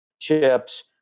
chips